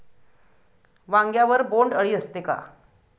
वांग्यावर बोंडअळी असते का?